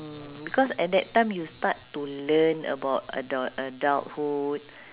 mm because at that time you start to learn about adult adulthood